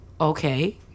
Okay